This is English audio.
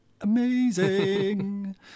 amazing